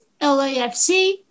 LAFC